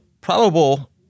probable